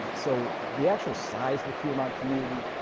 so the actual size of the qanon like community,